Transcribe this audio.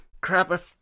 crap